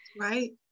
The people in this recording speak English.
right